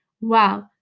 Wow